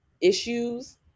issues